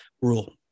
rule